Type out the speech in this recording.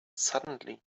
suddenly